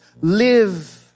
live